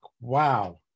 Wow